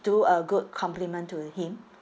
do a good compliment to him